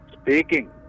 Speaking